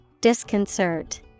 Disconcert